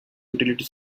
utility